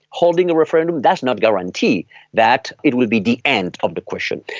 holding a referendum does not guarantee that it will be the end of the question.